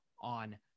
on